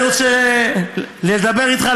אני רוצה לדבר איתך,